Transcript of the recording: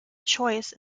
choice